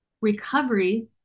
recovery